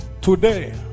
today